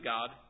God